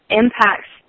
impacts